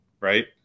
Right